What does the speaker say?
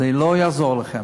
זה לא יעזור לכם.